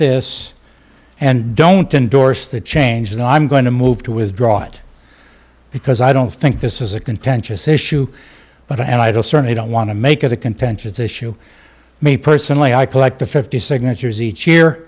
this and don't endorse the change and i'm going to move to withdraw it because i don't think this is a contentious issue but i don't certainly don't want to make it a contentious issue me personally i collect the fifty signatures ea